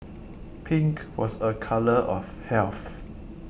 pink was a colour of health